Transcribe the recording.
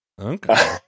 Okay